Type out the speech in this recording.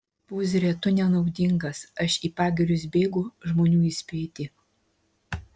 pūzre tu nenaudingas aš į pagirius bėgu žmonių įspėti